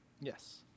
Yes